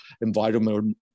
environment